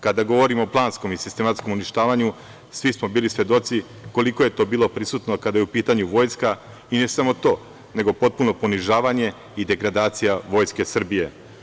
Kada govorimo o planskom i sistematskom uništavanju, svi smo bili svedoci koliko je to bilo prisutno kada je u pitanju Vojska i ne samo to, nego potpuno ponižavanje i degradacija Vojske Srbije.